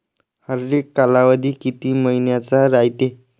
हरेक कालावधी किती मइन्याचा रायते?